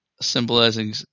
symbolizing